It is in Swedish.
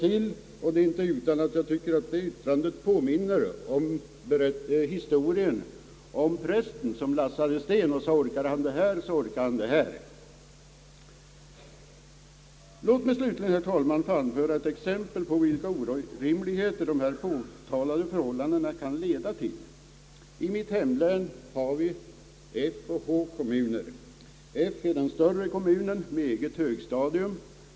Det är inte utan att jag tycker att det yttrandet påminner om historien om prästen som lastade sten och sade: »Orkar han det här, så orkar han det här.» Låt mig slutligen, herr talman, få anföra ett exempel på vilka orimligheter de nu påtalade förhållandena kan leda till. I mitt hemlän har vi kommunerna F och H. F är den största kommunen med eget högstadium.